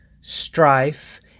strife